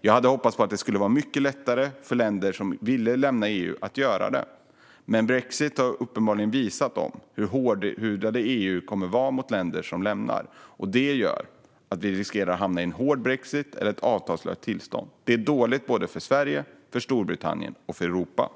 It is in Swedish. Jag hade hoppats att det skulle vara mycket lättare för länder som ville lämna EU att göra det. Men brexit har visat dem att EU uppenbarligen kommer att vara hårdhudad mot länder som vill lämna unionen. Det gör att vi riskerar att hamna i en hård brexit eller ett avtalslöst tillstånd. Det är dåligt för Sverige, för Storbritannien och för Europa.